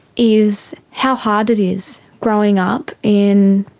is how hard it is growing up in